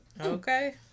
Okay